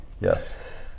Yes